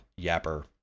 yapper